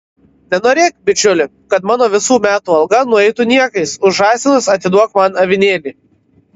nenorėk bičiuli kad mano visų metų alga nueitų niekais už žąsinus atiduok man avinėlį